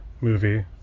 movie